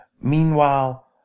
Meanwhile